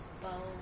bow